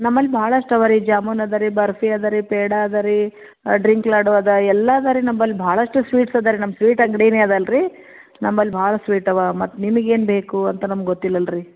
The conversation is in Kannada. ನಮ್ಮಲ್ಲಿ ಭಾಳಷ್ಟು ಅವಾ ರೀ ಜಾಮೂನ್ ಅದಾ ರೀ ಬರ್ಫಿ ಅದಾ ರೀ ಪೇಡಾ ಅದಾ ರೀ ಡ್ರಿಂಕ್ ಲಾಡು ಅದಾ ಎಲ್ಲ ಅದಾ ರೀ ನಂಬಳಿ ಭಾಳಷ್ಟು ಸ್ವೀಟ್ಸ್ ಅದಾ ರೀ ನಮ್ಮ ಸ್ವೀಟ್ ಅಂಗಡಿನೇ ಅದು ಅಲ್ಲರಿ ನಂಬಳಿ ಭಾಳ ಸ್ವೀಟ್ ಅವಾ ಮತ್ತು ನಿಮಗೇನು ಬೇಕು ಅಂತ ನಮ್ಗೆ ಗೊತ್ತಿಲ್ಲ ಅಲ್ರಿ